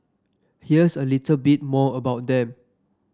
here's a little bit more about them